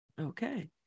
Okay